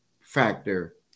factor